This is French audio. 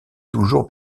toujours